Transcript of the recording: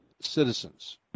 citizens